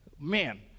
man